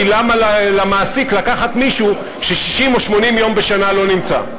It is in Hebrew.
כי למה למעסיק לקחת מישהו ש-60 או 80 יום בשנה לא נמצא?